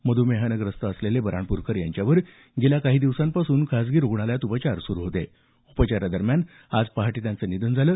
मधुमेहानं ग्रस्त असलेले बऱ्हाणपूरकर यांच्यावर गेल्या काही दिवसांपासून खासगी रुग्णालयात उपचार सुरू होते उपचारादरम्यान आज पहाटे त्यांचं निधन झालं